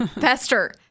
Pester